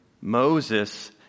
Moses